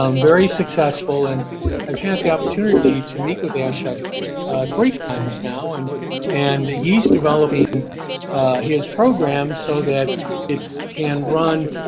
um very successful and i've had the opportunity to meet with ashok three times now and and he's developing his program so that it can run